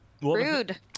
rude